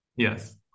Yes